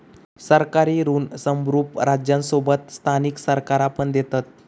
सरकारी ऋण संप्रुभ राज्यांसोबत स्थानिक सरकारा पण देतत